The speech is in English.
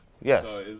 Yes